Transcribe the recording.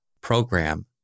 program